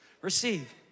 receive